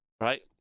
right